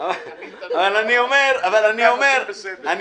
אני אומר ברצינות,